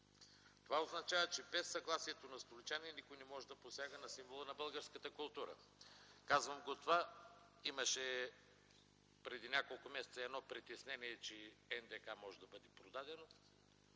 Това означава, че без съгласие на столичани никой не може да посяга на символа на българската култура. Преди няколко месеца имаше притеснение, че НДК може да бъде продаден,